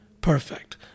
perfect